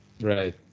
Right